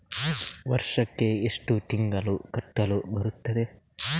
ವರ್ಷಕ್ಕೆ ಎಷ್ಟು ತಿಂಗಳು ಕಟ್ಟಲು ಬರುತ್ತದೆ?